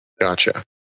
Gotcha